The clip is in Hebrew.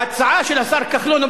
ההצעה של השר כחלון,